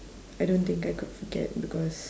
I don't think I could forget because